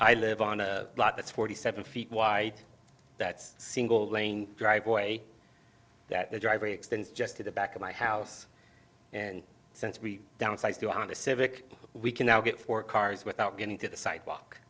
i live on a lot that's forty seven feet wide that's single lane driveway that the driveway extends just to the back of my house and since we downsized on the civic we can now get four cars without getting to the sidewalk